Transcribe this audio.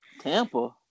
Tampa